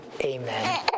Amen